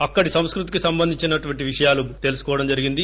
అక్కడి సంస్కృతికి సంబంధించినటువంటి విషయాలు తెలుసుకోవడం జరిగింది